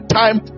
time